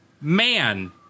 Man